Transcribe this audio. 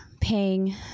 paying